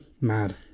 Mad